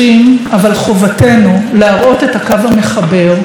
אבל חובתנו להראות את הקו המחבר את כל